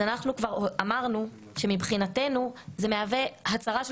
אנחנו כבר אמרנו שמבחינתנו זה מהווה הצהרה של